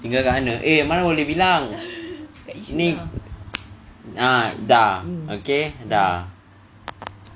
tinggal kat mana eh mana boleh bilang ni ah dah okay dah